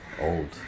old